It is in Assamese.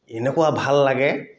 এনেকুৱা ভাল লাগে